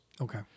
Okay